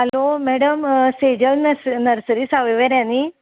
hello madam Sejal nursery सावयवेऱ्या न्हय